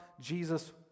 Jesus